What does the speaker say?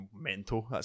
mental